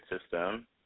system